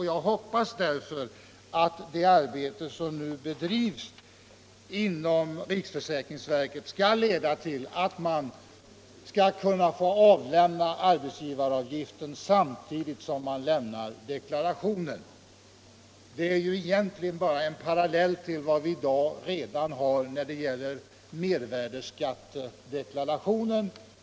Jag hoppas därför att det arbete som nu bedrivs inom riksförsäkringsverket skall leda till att arbetsgivaruppgiften skall kunna avlämnas samtidigt med deklarationen. — Det är egentligen bara en parallell till vad vi redan har stadgat när det giäller mervärdeskattedeklarationen.